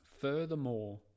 Furthermore